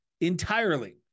entirely